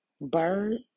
bird